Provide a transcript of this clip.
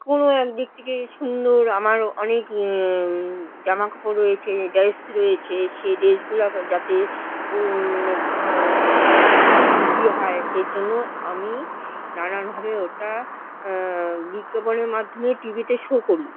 কোনো এক ব্যক্তিকে সুন্দর আমার অনেক জামাকাপড় রয়েছে ড্রেস রয়েছে সেই ড্রেসগুলো যাতে মানে বেশি বিক্রি হয় সে জন্য আমি নানানভাবে ওটা বিজ্ঞাপনের মাধ্যমে টিভিতে শো করি